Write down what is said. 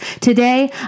Today